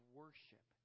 worship